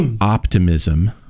optimism